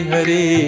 Hare